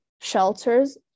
shelters